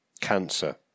cancer